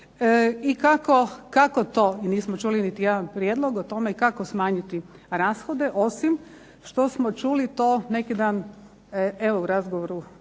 i kako to, nismo čuli niti jedan prijedlog o tome kako smanjiti rashode, osim što smo čuli, to neki dan evo u razgovoru